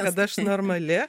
kad aš normali